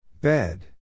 Bed